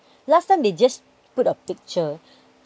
last time they just put a picture